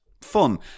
fun